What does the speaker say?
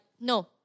no